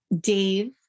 Dave